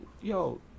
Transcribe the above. yo